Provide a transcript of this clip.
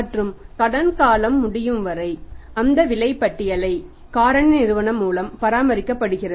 மற்றும் கடன் காலம் முடியும் வரை அந்த விலைப்பட்டியல் காரணி நிறுவனம் மூலம் பராமரிக்கப்படுகிறது